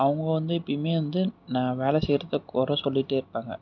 அவங்க வந்து எப்பையுமே வந்து நான் வேலை செய்யிறதை குர சொல்லிகிட்டே இருப்பாங்க